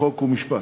חוק ומשפט.